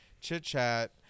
chit-chat